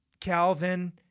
Calvin